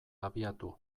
abiatu